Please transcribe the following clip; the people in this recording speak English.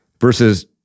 versus